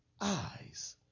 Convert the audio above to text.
eyes